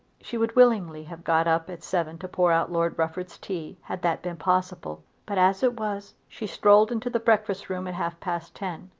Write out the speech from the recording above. she would willingly have got up at seven to pour out lord rufford's tea, had that been possible but, as it was, she strolled into the breakfast room at half-past ten.